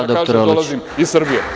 Da kaže - dolazim iz Srbije.